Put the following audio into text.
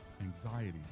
anxiety